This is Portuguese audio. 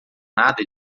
nada